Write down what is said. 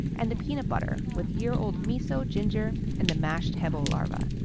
and the peanut butter with year-old miso, ginger, and the mashed hebo larvae.